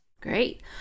Great